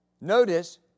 notice